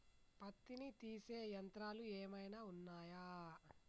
పత్తిని తీసే యంత్రాలు ఏమైనా ఉన్నయా?